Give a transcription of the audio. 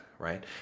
Right